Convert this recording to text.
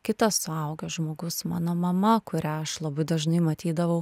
kitas suaugęs žmogus mano mama kurią aš labai dažnai matydavau